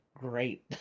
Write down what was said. great